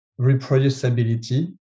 reproducibility